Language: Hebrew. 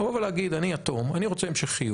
לבוא ולהגיד אני יתום, אני רוצה המשכיות.